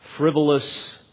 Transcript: frivolous